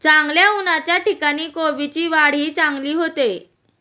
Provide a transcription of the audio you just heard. चांगल्या उन्हाच्या ठिकाणी कोबीची वाढही चांगली होते